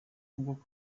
nk’uko